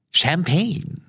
champagne